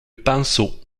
pinceau